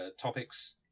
topics